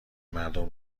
مردم